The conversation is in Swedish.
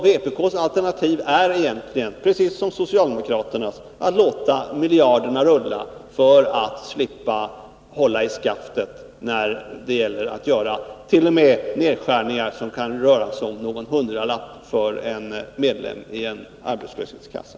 Vpk:s alternativ är egentligen, precis som socialdemokraternas, att låta miljarderna rulla för att man vill slippa hålla i skaftet när det gäller att göra nedskärningar —t.o.m. sådana som kan röra sig om någon hundralapp för en medlem i en arbetslöshetskassa.